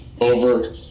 over